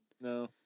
No